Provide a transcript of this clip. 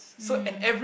mm